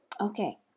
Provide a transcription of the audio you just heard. Okay